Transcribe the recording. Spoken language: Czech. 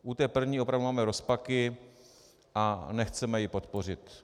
U té první opravdu máme rozpaky a nechceme ji podpořit.